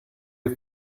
you